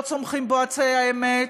לא צומחים בו עצי האמת,